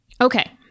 Okay